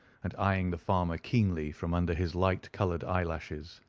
and eyeing the farmer keenly from under his light-coloured eyelashes,